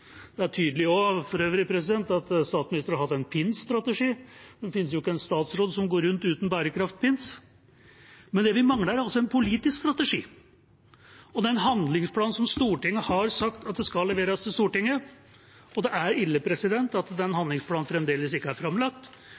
for øvrig også tydelig at statsministeren har hatt en pins-strategi. Det fins jo ikke en statsråd som går rundt uten en bærekraft-pins. Men vi mangler altså en politisk strategi og den handlingsplanen som Stortinget har sagt at skal leveres til Stortinget, og det er ille at den handlingsplanen fremdeles ikke er framlagt.